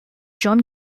john